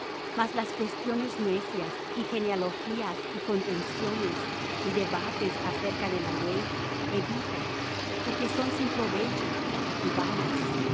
mas las cuestiones necias y genealogías y contenciones y debates acerca de la ley evita porque son sin provecho y vanas